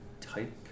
type